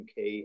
uk